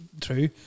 true